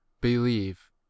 believe